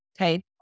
Okay